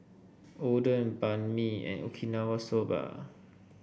Oden Banh Mi and Okinawa Soba